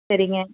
சரிங்க